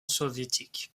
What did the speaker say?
soviétique